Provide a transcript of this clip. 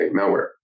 malware